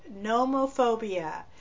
nomophobia